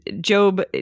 Job